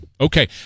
Okay